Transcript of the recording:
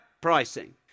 pricing